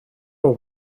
nhw